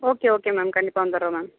okay okay ma'am கண்டிப்பாக வந்துடுறோம் ma'am